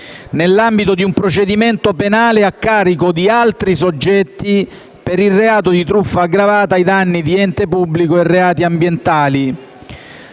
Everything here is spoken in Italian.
nell'ambito di un procedimento penale a carico di altri soggetti per il reato di truffa aggravata ai danni di ente pubblico e reati ambientali.